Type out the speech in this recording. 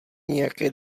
nějaké